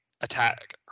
attack